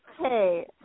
Hey